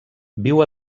viu